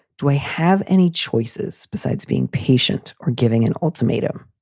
do i have any choices besides being patient or giving an ultimatum?